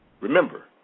remember